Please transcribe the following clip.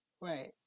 right